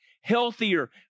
healthier